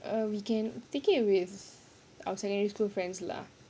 err we can take it with our secondary school friends lah